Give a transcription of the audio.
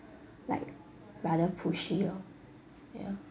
like rather pushy orh ya